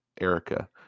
Erica